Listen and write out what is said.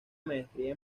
maestría